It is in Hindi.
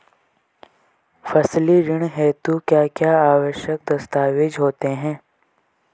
फसली ऋण हेतु क्या क्या आवश्यक दस्तावेज़ होते हैं?